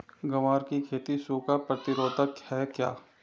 ग्वार की खेती सूखा प्रतीरोधक है क्या?